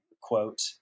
quote